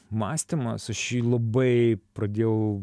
mąstymas aš jį labai pradėjau